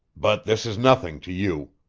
but this is nothing to you.